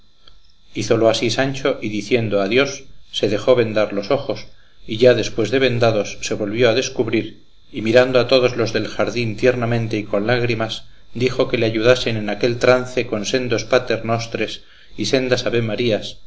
dureza hízolo así sancho y diciendo a dios se dejó vendar los ojos y ya después de vendados se volvió a descubrir y mirando a todos los del jardín tiernamente y con lágrimas dijo que le ayudasen en aquel trance con sendos paternostres y sendas